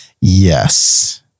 Yes